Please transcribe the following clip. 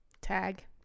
tag